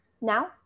now